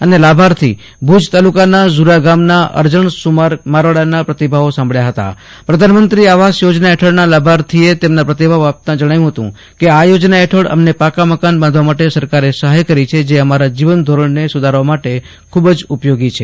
અને લાભાર્થી ભુજ તાલુકાના ઝુરા ગામ નાં અરજણ સુમાર મારવાડા નાં પ્રતિભાવો સાભબ્યાહતા પ્રધાનમંત્રી આવાસ ચોજના ફેઠણ નાં લાભાર્થી ઓ તેમના પ્રતિભાવો આપતા જણાવ્યું આ યોજના ફેઠણ અમને પાકા મકાન બાંધવા માટે સરકારે સહાથ કરી છે જે અમારા જીવનધીરણ ને સુધારવા માટે ખુબ જ ઉપયોગી થયું છે